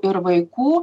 ir vaikų